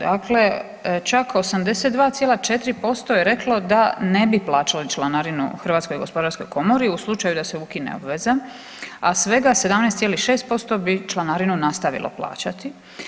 Dakle, čak 82,4% je reklo da ne bi plaćali članarinu HGK-u u slučaju da se ukine obveza, a svega 17,6% bi članarinu nastavilo plaćati.